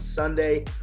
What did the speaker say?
Sunday